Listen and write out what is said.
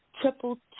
Triple